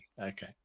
Okay